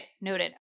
Noted